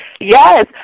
Yes